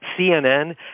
CNN